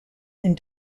and